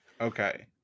Okay